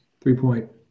three-point